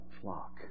flock